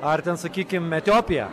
ar ten sakykim etiopija